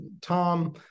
Tom